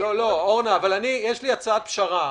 אורנה, יש לי הצעת פשרה.